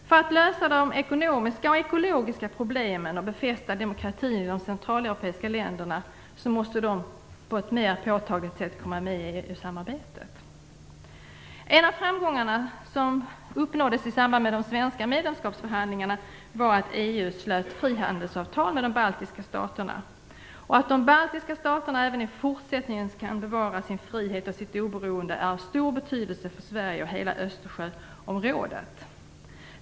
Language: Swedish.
För att lösa de ekonomiska och ekologiska problemen samt befästa demokratin i de centraleuropeiska länderna måste dessa länder på ett mer påtagligt sätt komma med i EU-samarbetet. En av de framgångar som uppnåddes i samband med de svenska medlemskapsförhandlingarna var att EU slöt frihandelsavtal med de baltiska staterna. Att de baltiska staterna även i fortsättningen kan bevara sin frihet och sitt oberoende är av stor betydelse för Sverige och hela Östersjöområdet.